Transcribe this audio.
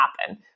happen